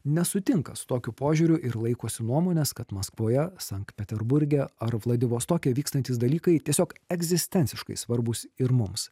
nesutinka su tokiu požiūriu ir laikosi nuomonės kad maskvoje sankt peterburge ar vladivostoke vykstantys dalykai tiesiog egzistenciškai svarbūs ir mums